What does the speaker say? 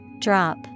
Drop